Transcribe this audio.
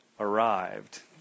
arrived